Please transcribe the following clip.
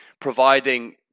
providing